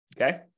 Okay